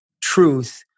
truth